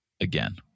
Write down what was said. again